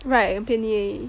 right 很便宜而已